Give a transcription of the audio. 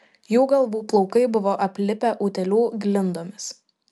jų galvų plaukai buvo aplipę utėlių glindomis